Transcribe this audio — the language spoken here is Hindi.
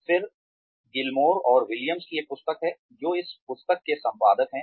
फिर गिलमोर और विलियम्स की एक पुस्तक है जो इस पुस्तक के संपादक हैं